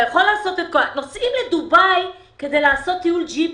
נוסעים לדובאי כדי לעשות טיול ג'יפים.